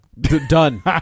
Done